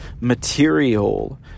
material